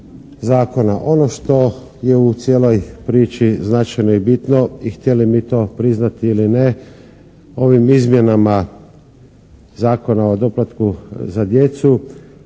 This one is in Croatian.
Ono što je u cijeloj priči značajno i bitno i htjeli mi to priznati ili ne, ovim izmjenama Zakona o doplatku za djecu